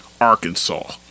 Arkansas